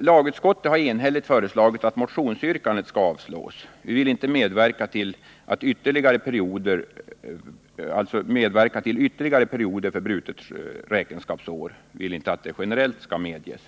Lagutskottet har enhälligt föreslagit att motionsyrkandet skall avslås. Vi vill inte medverka till att ytterligare perioder för brutet räkenskapsår generellt medges.